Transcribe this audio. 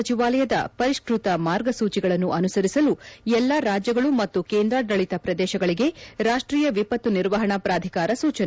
ಸಚಿವಾಲಯದ ಪರಿಷ್ಲತ ಮಾರ್ಗಸೂಚಿಗಳನ್ನು ಅನುಸರಿಸಲು ಎಲ್ಲಾ ರಾಜ್ಯಗಳು ಮತ್ತು ಕೇಂದ್ರಾಡಳಿತ ಪ್ರದೇಶಗಳಿಗೆ ರಾಷ್ತೀಯ ವಿಪತ್ತು ನಿರ್ವಹಣಾ ಪ್ರಾಧಿಕಾರ ಸೂಚನೆ